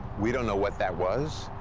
we don't know what that was,